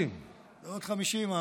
גדוד 50. גדוד 50 המפואר.